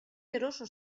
eroso